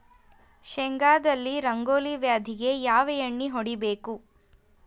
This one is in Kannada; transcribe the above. ಶೇಂಗಾದಲ್ಲಿ ರಂಗೋಲಿ ವ್ಯಾಧಿಗೆ ಯಾವ ಎಣ್ಣಿ ಹೊಡಿಬೇಕು?